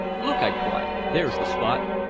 look! i cried. there's the spot!